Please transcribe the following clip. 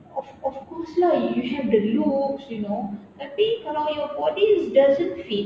of of course lah you have the looks you know tapi kalau your body doesn't fit